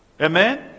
Amen